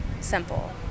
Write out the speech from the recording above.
Simple